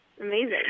Amazing